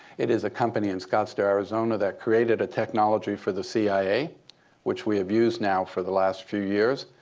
it is a company in scottsdale, arizona that created a technology for the cia which we have used now for the last few years.